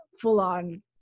full-on